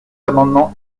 amendements